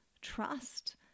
trust